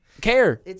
care